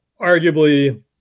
arguably